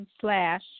slash